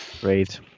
Great